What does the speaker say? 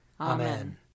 Amen